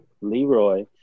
Leroy